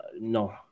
no